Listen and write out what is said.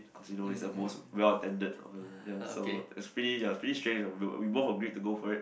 of course you know it was the most well attended uh ya so it's pretty ya pretty strange outlook we both agree to go for it